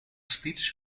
speech